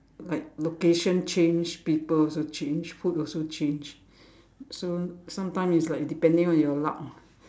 like location change people also change food also change so sometime is like depending on your luck